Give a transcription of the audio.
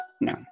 No